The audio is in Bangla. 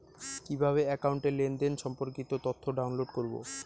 কিভাবে একাউন্টের লেনদেন সম্পর্কিত তথ্য ডাউনলোড করবো?